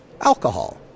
Alcohol